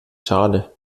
schade